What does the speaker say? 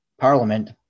parliament